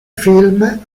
film